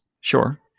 Sure